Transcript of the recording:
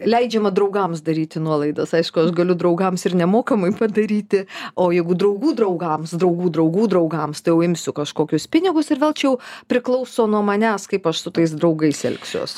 leidžiama draugams daryti nuolaidas aišku aš galiu draugams ir nemokamai padaryti o jeigu draugų draugams draugų draugų draugams tai jau imsiu kažkokius pinigus ir vėl čia jau priklauso nuo manęs kaip aš su tais draugais elgsiuos